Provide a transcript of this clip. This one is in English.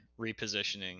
repositioning